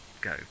go